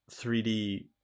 3D